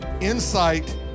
insight